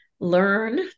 learn